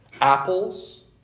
apples